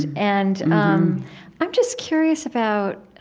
and and i'm just curious about